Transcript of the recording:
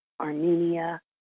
Armenia